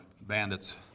bandits